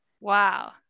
Wow